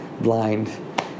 blind